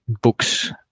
books